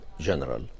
general